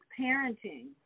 parenting